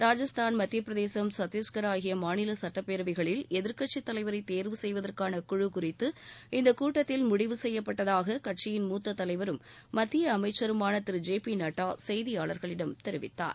ராஜஸ்தான் மத்திய பிரதேசம் சத்திஷ்கர் ஆகிய மாநில சுட்டப்பேரவைகளில் எதிர்கட்சி தலைவரை தேர்வு செய்வதற்கான குழு குறித்து இந்த கூட்டத்தில் முடிவு செய்யப்பட்டதாக கட்சியின் மூத்த தலைவரும் மத்திய அமைச்சருமான திரு ஜே பி நட்டா செய்தியாளர்களிடம் தெரிவித்தார்